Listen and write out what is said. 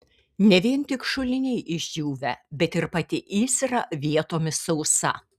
ne vien tik šuliniai išdžiūvę bet ir pati įsra vietomis sausa